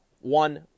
one